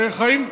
שחיים,